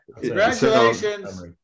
congratulations